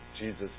Jesus